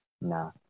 Nah